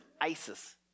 ISIS